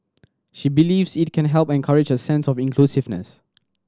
she believes it can help encourage a sense of inclusiveness